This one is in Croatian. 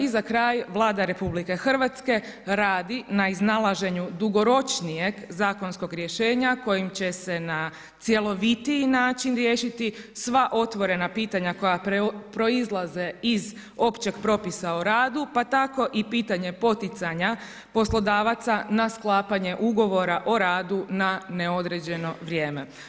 I za kraj, Vlada RH radi na iznalaženju dugoročnijeg zakonskog rješenja kojim će se na cjelovitiji način riješiti sva otvorena pitanja koja proizlaze iz općeg propisa o radu, pa tako i pitanje poticanja poslodavaca na sklapanje ugovora o radu na neodređeno vrijeme.